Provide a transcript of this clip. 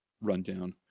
rundown